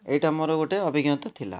ଏଇଟା ମୋର ଗୋଟେ ଅଭିଜ୍ଞତା ଥିଲା